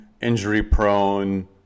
Injury-prone